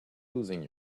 losing